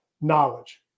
knowledge